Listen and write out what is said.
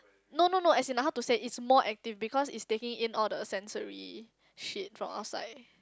no no no as in like how to say it's more active because is taking in all the sensory sheet from outside